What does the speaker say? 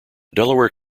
delaware